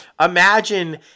Imagine